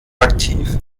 aktiv